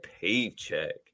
paycheck